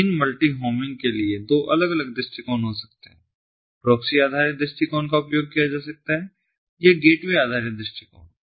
तो इन multi homing के लिए दो अलग अलग दृष्टिकोण हो सकते हैं प्रॉक्सी आधारित दृष्टिकोण का उपयोग किया जा सकता है या गेटवे आधारित दृष्टिकोण